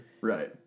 Right